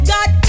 God